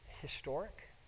historic